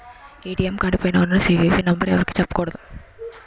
ATM card పైన ఉన్న CVV number ఎవరికీ చెప్పకూడదు